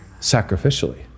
Sacrificially